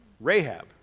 Rahab